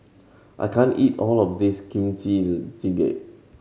I can't eat all of this Kimchi Jjigae